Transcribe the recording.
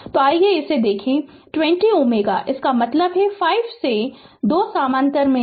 तो आइए इसे देखें 20 Ω इसका मतलब है और 5 ये 2 समानांतर में हैं